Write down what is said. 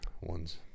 ones